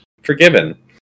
forgiven